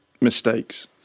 mistakes